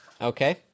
Okay